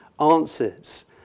answers